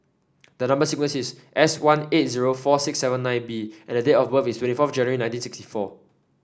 the number sequence is S one eight zero four six seven nine B and date of birth is twenty four January nineteen sixty four